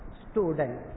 student